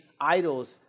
idols